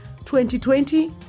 2020